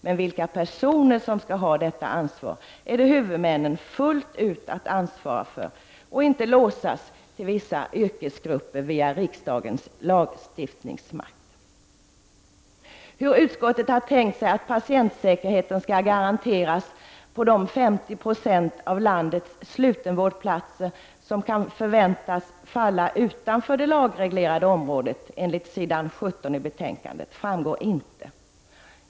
Men vilka personer som skall ha detta ansvar skall huvudmännen fullt ut ansvara för, och man skall inte låsas till vissa yrkesgrupper via riksdagens lagstiftningsmakt. Hur utskottet tänkt sig att patientsäkerheten skall garanteras för de 50 90 av landets slutenvårdsplatser som kan förväntas falla utanför det lagreglerade området, enligt s. 17 i betänkandet, framgår inte.